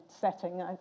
setting